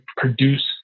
produce